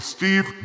Steve